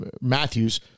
Matthews